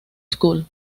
school